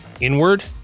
inward